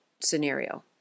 scenario